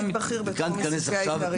בכיר בתחום עיסוקיה העיקריים של החברה.